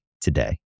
today